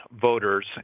voters